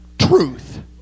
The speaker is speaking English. truth